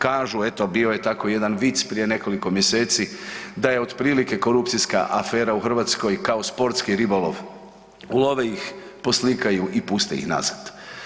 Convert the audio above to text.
Kažu eto bio je tako jedan vic prije nekoliko mjeseci da je otprilike korupcijska afera u Hrvatskoj kao sportski ribolov, ulove ih, poslikaju i puste ih nazad.